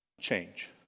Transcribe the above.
change